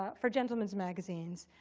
ah for gentlemen's magazines.